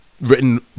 written